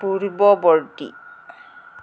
পূৰ্বৱৰ্তী